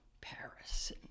Paris